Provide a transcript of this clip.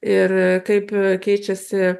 ir kaip keičiasi